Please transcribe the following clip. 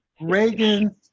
Reagan